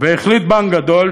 והחליט בנק גדול,